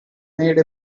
made